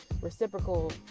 reciprocal